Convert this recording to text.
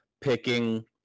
picking